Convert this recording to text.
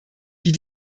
die